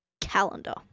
calendar